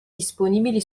disponibili